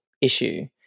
issue